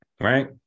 Right